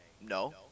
no